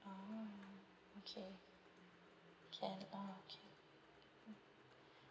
oh okay can okay